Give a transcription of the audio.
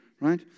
Right